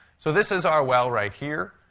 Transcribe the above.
so this is our well right here.